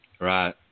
Right